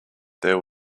there